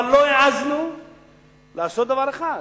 אבל לא העזנו לעשות דבר אחד,